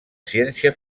ciència